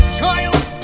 child